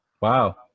wow